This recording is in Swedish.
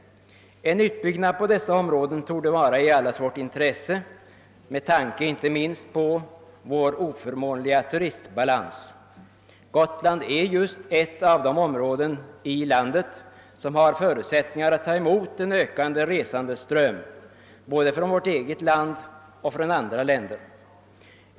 En utbyggnad på dessa områden torde vara i allas vårt intresse med tanke på inte minst vår oförmånliga turistbalans. Gotland är just ett av de områden i landet, som har förutsättningar att ta emot en ökande resandeström både från vårt eget land och från andra länder.